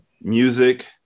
Music